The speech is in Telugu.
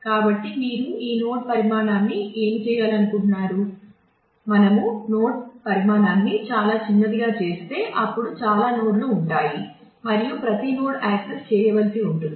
కాబట్టి మీరు ఈ నోడ్ పరిమాణాన్ని ఏమి చేయాలనుకుంటున్నారు మనుము నోడ్ పరిమాణాన్ని చాలా చిన్నదిగా చేస్తే అప్పుడు చాలా నోడ్లు ఉంటాయి మరియు ప్రతి నోడ్ యాక్సెస్ చేయవలసి ఉంటుంది